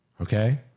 Okay